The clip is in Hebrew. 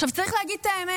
עכשיו, צריך להגיד את האמת.